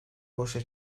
boşa